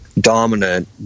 dominant